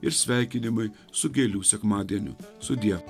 ir sveikinimai su gėlių sekmadieniu sudie